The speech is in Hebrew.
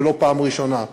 ולא בפעם הראשונה,